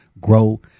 grow